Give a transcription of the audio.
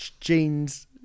jeans